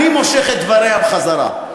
אני מושך את דבריה בחזרה.